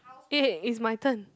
eh it's my turn